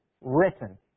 written